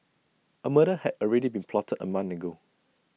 A murder had already been plotted A month ago